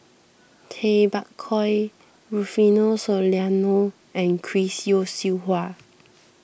Tay Bak Koi Rufino Soliano and Chris Yeo Siew Hua